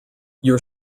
your